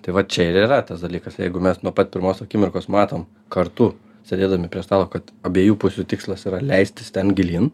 tai vat čia ir yra tas dalykas jeigu mes nuo pat pirmos akimirkos matom kartu sėdėdami prie stalo kad abiejų pusių tikslas yra leistis ten gilyn